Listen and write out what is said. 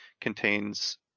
contains